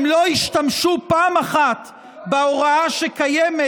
הם לא השתמשו פעם אחת בהוראה שקיימת